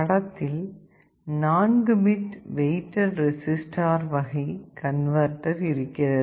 படத்தில் 4 bit weighted resistor வகை converter இருக்கிறது